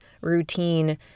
routine